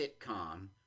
sitcom